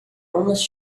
almost